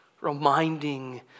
reminding